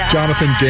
Jonathan